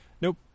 Nope